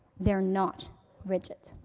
they are not rigid.